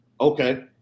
Okay